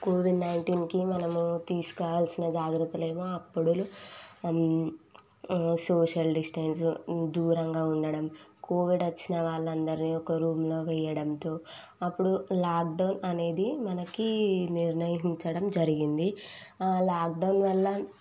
Covid నైంటీన్కి మనము తీసుకోవలసిన జాగ్రత్తలు ఏమో అప్పుడులో అన్ సోషల్ డిస్టెన్స్ దూరంగా ఉండడం కోవిడ్ వచ్చిన వాళ్ళందరిని ఒక రూంలో వేయడంతో అప్పుడు లాక్డౌన్ అనేది మనకు నిర్ణయించడం జరిగింది లాక్డౌన్ వల్ల